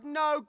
no